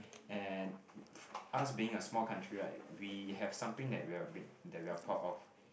and us being a small country right we have something that we pr~ that we are proud of